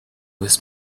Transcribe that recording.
was